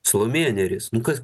salomėja nėris nu kas